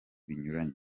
binyuranye